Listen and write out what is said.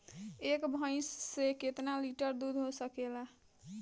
एक भइस से कितना लिटर दूध हो सकेला?